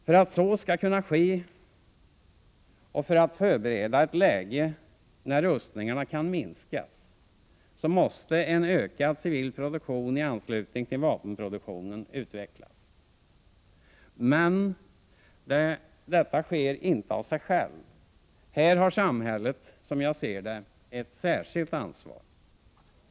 För att så skall kunna ske och för att förbereda ett läge när rustningarna kan minskas måste en ökad civil produktion i anslutning till vapenproduktionen utvecklas. Men detta sker inte av sig självt. Här har samhället som jag ser det ett särskilt ansvar.